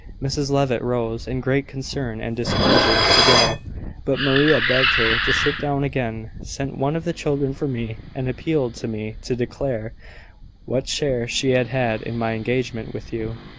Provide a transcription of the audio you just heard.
mrs levitt rose, in great concern and displeasure, to go but maria begged her to sit down again, sent one of the children for me, and appealed to me to declare what share she had had in my engagement with you.